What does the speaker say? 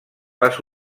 les